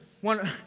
One